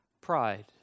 Pride